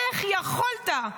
איך יכולת?